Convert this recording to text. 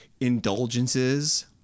indulgences